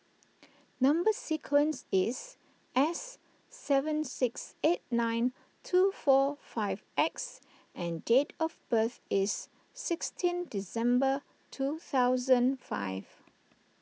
Number Sequence is S seven six eight nine two four five X and date of birth is sixteen December two thousand five